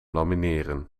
lamineren